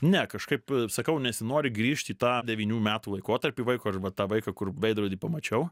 ne kažkaip sakau nesinori grįžti į tą devynių metų laikotarpį vaiko arba tą vaiką kur veidrody pamačiau